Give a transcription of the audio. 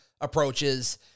approaches